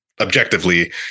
objectively